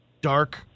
dark